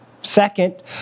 Second